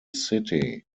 city